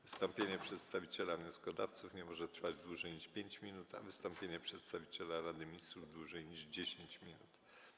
Wystąpienie przedstawiciela wnioskodawców nie może trwać dłużej niż 5 minut, a wystąpienie przedstawiciela Rady Ministrów - dłużej niż 10 minut.